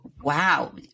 Wow